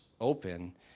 open